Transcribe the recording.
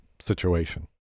situation